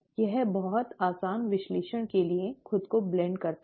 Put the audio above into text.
यह बहुत आसान विश्लेषण के लिए खुद को मिश्रित करता है